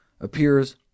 appears